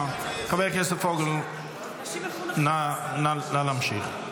בבקשה, חבר הכנסת פוגל, נא להמשיך.